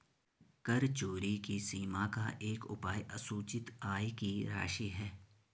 कर चोरी की सीमा का एक उपाय असूचित आय की राशि है